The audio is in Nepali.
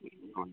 हुन्छ